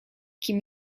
kim